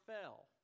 fell